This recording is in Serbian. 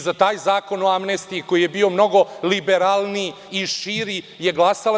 Za taj Zakon o amnestiji, koji je bio mnogo liberalniji i širi, je glasala DS.